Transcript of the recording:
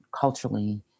culturally